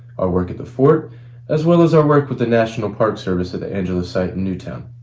work at the fort as well as our work with the national park service at the angela site in new towne.